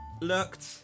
Looked